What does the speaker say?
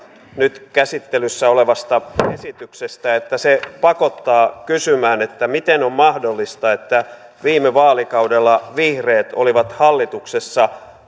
nyt käsittelyssä olevasta esityksestä että se pakottaa kysymään miten on mahdollista että viime vaalikaudella vihreät olivat hallituksessa